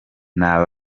nta